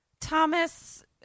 Thomas